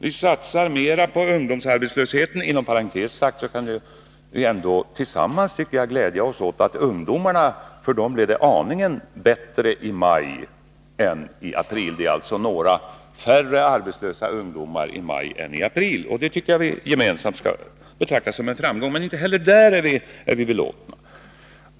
Vi satsar mera på ungdomsarbetslösheten — inom parentes sagt tycker jag att vi ändå tillsammans kan glädja oss åt och betrakta som en framgång att det för ungdomarna blev aningen bättre i maj än det var i april, eftersom det i maj är några färre arbetslösa ungdomar än i april. Men inte heller när det gäller ungdomsarbetslösheten är vi belåtna.